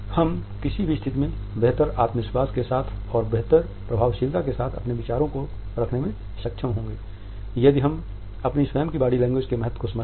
हम किसी भी स्थिति में बेहतर आत्मविश्वास के साथ और बेहतर प्रभावशीलता के साथ अपने विचारों को रखने में सक्षम होंगे यदि हम अपनी स्वयं की बॉडी लैंग्वेज के महत्व को समझते हैं